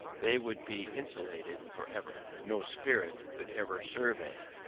they would be insulated for ever no spirit could ever survey,